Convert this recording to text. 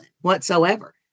whatsoever